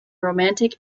romantic